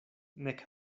nek